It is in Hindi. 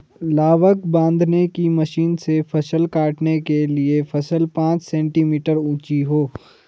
लावक बांधने की मशीन से फसल काटने के लिए फसल पांच सेंटीमीटर ऊंची हो